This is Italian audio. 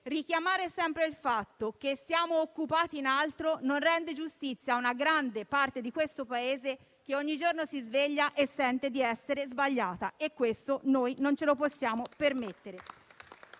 richiamare sempre il fatto che siamo occupati in altro non rende giustizia a una grande parte del Paese che ogni giorno si sveglia e sente di essere sbagliata. E questo non ce lo possiamo permettere.